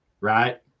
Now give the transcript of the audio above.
right